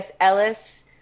Ellis